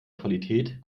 qualität